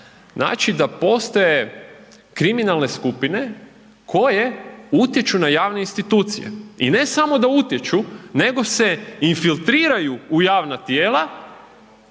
Znači da postoje kriminalne skupine koje utječu na javne institucije, i ne samo da utječu, nego se infiltriraju u javna tijela